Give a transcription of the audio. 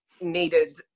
needed